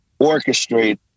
orchestrate